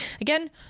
Again